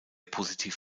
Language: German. positiv